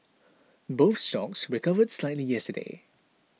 both stocks recovered slightly yesterday